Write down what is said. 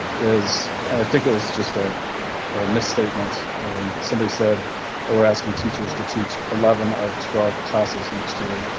is and i think it was just a misstatement. but somebody said that we're asking teachers to teach eleven of twelve classes next year.